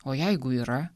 o jeigu yra